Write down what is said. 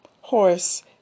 horse